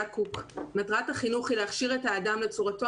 קוק: 'מטרת החינוך היא להכשיר את האדם לצורתו